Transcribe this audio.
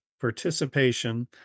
participation